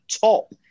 top